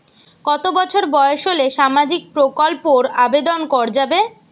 কত বছর বয়স হলে সামাজিক প্রকল্পর আবেদন করযাবে?